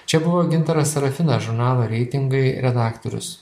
čia buvo gintaras serafinas žurnalo reitingai redaktorius